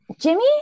jimmy